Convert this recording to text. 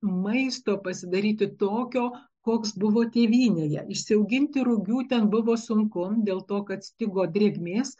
maisto pasidaryti tokio koks buvo tėvynėje išsiauginti rugių ten buvo sunku dėl to kad stigo drėgmės